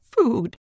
food